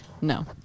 No